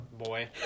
Boy